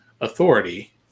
authority